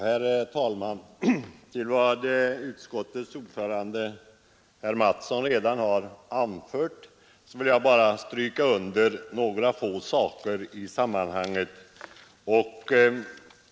Herr talman! Utöver det utskottets ordförande herr Mattsson i Lane-Herrestad redan har anfört vill jag bara stryka under några få saker i sammanhanget.